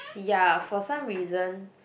ya for some reason